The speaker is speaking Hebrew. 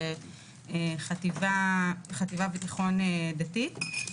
בחטיבה ותיכון דתי.